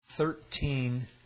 Thirteen